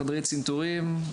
חדרי צינתורים,